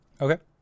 Okay